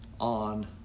on